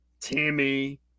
Timmy